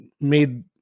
made